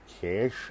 cash